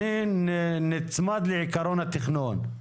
אני נצמד לעיקרון התכנון.